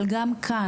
אבל גם כאן,